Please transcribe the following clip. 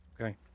Okay